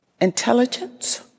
intelligence